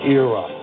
era